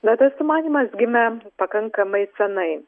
na tas sumanymas gimė pakankamai senai